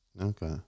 Okay